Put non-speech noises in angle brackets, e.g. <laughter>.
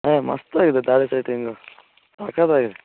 ಹಾಂ ಮಸ್ತಾಗಿದೆ <unintelligible> ಸೆಟ್ಟಿಂಗು ಸಕ್ಕತಾಗಿದೆ